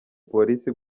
polisi